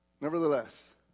Nevertheless